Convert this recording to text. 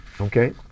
Okay